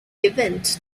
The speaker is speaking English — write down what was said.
event